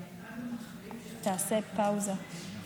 תעשה פאוזה.